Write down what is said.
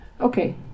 Okay